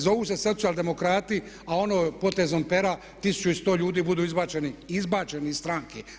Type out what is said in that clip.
Zovu se socijaldemokrati a ono potezom pera 1100 ljudi budu izbačeni iz stranke.